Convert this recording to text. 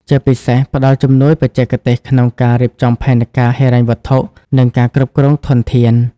ជាពិសេសផ្តល់ជំនួយបច្ចេកទេសក្នុងការរៀបចំផែនការហិរញ្ញវត្ថុ និងការគ្រប់គ្រងធនធាន។